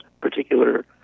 particular